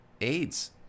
AIDS